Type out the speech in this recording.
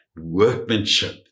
workmanship